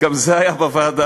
גם זה היה בוועדה.